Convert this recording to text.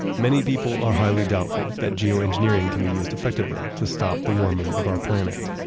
many people are highly doubtful that geoengineering can be used effectively to stop the warming of our planet.